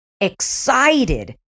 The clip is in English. excited